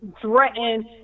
threaten